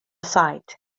site